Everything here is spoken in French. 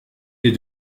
est